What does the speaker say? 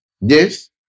Yes